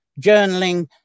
journaling